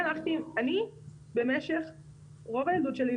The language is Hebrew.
במשך רוב הילדות שלי,